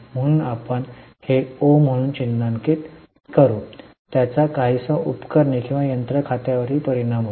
म्हणून आपण हे ओ म्हणून चिन्हांकित करू त्याचा काहीसा उपकरणे किंवा यंत्र खात्यावरही परिणाम होईल